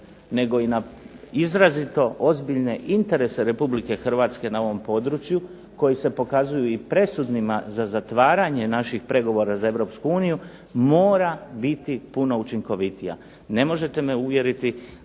nego i na izrazito ozbiljne interese Republike Hrvatske na ovom području koji se pokazuju i presudnima za zatvaranje naših pregovora za Europsku uniju mora biti puno učinkovitija, ne možete me uvjeriti